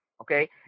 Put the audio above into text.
okay